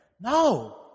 No